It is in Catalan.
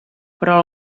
però